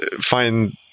find